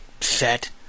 set